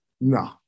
No